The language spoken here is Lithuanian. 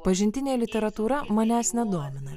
pažintinė literatūra manęs nedomina